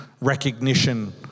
recognition